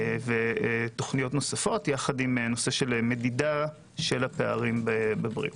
ותוכניות נוספות יחד עם נושא של מדידה של הפערים בבריאות.